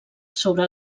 sobre